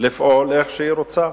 לפעול איך שהיא רוצה,